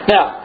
Now